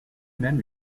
même